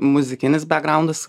muzikinis bekgraundas